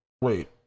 wait